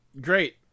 Great